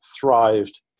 thrived